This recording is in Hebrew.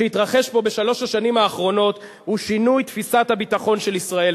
שהתרחש פה בשלוש השנים האחרונות הוא שינוי תפיסת הביטחון של ישראל,